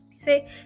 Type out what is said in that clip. say